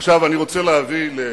היא מקבלת